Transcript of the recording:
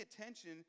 attention